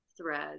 thread